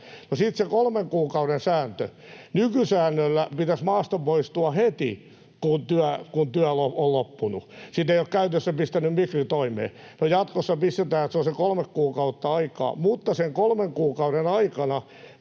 No sitten se kolmen kuukauden sääntö. Nykysäännöllä pitäisi maasta poistua heti, kun työ on loppunut, sitä vain ei ole käytännössä Migri pistänyt toimeen. No, jatkossa pistetään, eli kolme kuukautta on aikaa, mutta sen kolmen kuukauden aikana